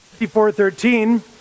54.13